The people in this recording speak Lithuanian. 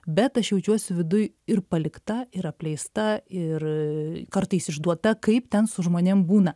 bet aš jaučiuosi viduj ir palikta ir apleista ir kartais išduota kaip ten su žmonėm būna